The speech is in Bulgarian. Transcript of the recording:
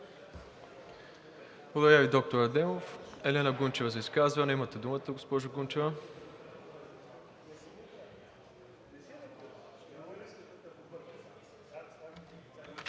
Благодаря Ви, доктор Адемов. Елена Гунчева за изказване. Имате думата, госпожо Гунчева.